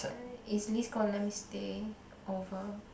is Liz gonna let me stay over